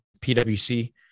pwc